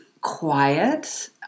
quiet